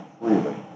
freely